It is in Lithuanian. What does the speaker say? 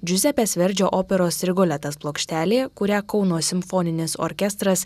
džiuzepės verdžio operos rigoletas plokštelė kurią kauno simfoninis orkestras